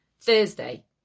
Thursday